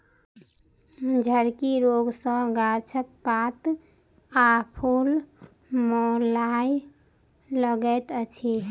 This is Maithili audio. झड़की रोग सॅ गाछक पात आ फूल मौलाय लगैत अछि